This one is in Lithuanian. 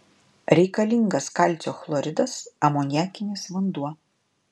reikalingas kalcio chloridas amoniakinis vanduo